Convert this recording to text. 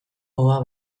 gogoa